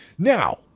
Now